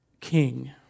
king